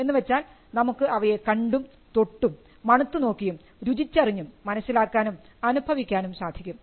എന്ന് വെച്ചാൽ നമുക്ക് അവയെ കണ്ടും തൊട്ടും മണത്തുനോക്കിയും രുചിച്ചറിഞ്ഞും മനസ്സിലാക്കാനും അനുഭവിക്കാനും സാധിക്കും